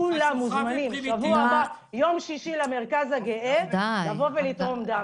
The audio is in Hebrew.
כולם מוזמנים בשבוע הבא ביום שישי למרכז הגאה לתרום דם.